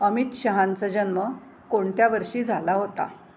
अमित शहांचा जन्म कोणत्या वर्षी झाला होता